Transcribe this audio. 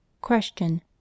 Question